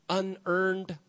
unearned